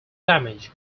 damage